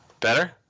better